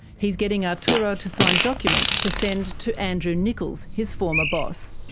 he's getting arturo to sign documents to send to andrew nickolls, his former boss.